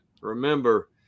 remember